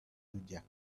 zodiac